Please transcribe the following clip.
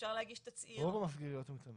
אפשר להגיש תצהיר --- רוב המסגריות הן קטנות.